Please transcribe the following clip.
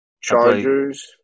Chargers